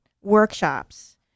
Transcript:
workshops